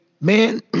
man